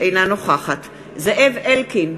אינה נוכחת זאב אלקין,